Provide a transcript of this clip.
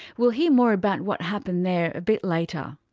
we'll hear more about what happened there, a bit later.